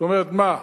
זאת אומרת, מה,